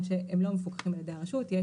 שהם לא מפוקחים על ידי הרשות לני"ע.